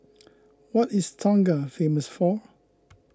what is Tonga famous for